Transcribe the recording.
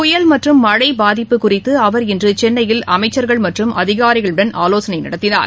புயல் மற்றும் மழைபாதிப்பு குறித்துஅவர் இன்றுசென்னையில் அமைச்சர்கள் மற்றும் அதிகாரிகளுடன் ஆலோசனைநடத்தினார்